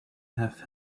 have